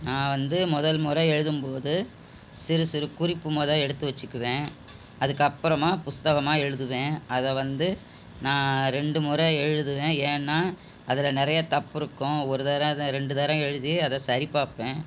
நான் வந்து முதல் முறை எழுதும் போது சிறு சிறு குறிப்பு மொத எடுத்து வச்சுக்கிவேன் அதுக்கு அப்புறமாக புஸ்தகமாக எழுதுவேன் அதை வந்து நான் ரெண்டு முறை எழுதுவேன் ஏன்னால் அதில் நிறைய தப்புருக்கும் ஒரு தரம் அதை ரெண்டு தர எழுதி அதை சரிபார்ப்பேன்